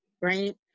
right